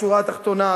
בשורה התחתונה,